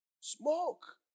Smoke